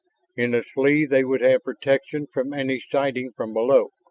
in its lee they would have protection from any sighting from below.